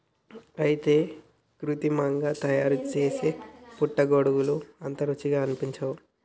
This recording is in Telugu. అయితే కృత్రిమంగా తయారుసేసే పుట్టగొడుగులు అంత రుచిగా అనిపించవు